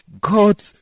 God